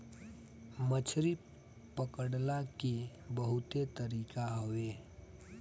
मछरी पकड़ला के बहुते तरीका हवे